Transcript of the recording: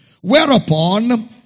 Whereupon